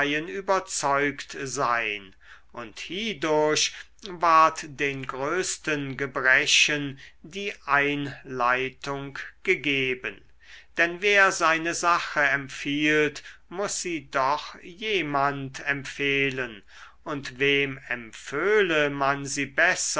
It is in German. überzeugt sein und hiedurch ward den größten gebrechen die einleitung gegeben denn wer seine sache empfiehlt muß sie doch jemand empfehlen und wem empföhle man sie besser